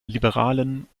liberalen